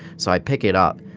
so i pick it up,